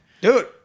Dude